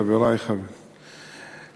חברי חברי הכנסת,